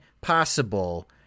possible